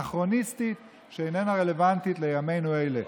אנכרוניסטית שאיננה רלוונטית לימינו אלה.